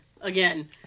again